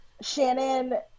Shannon